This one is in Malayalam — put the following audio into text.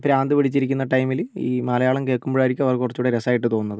ഭ്രാന്ത് പിടിച്ചിരിക്കുന്ന ടൈമില് ഈ മലയാളം കേൾക്കുമ്പോളായിരിക്കും അവർക്ക് കുറച്ചുകൂടി രസമായിട്ട് തോന്നുന്നത്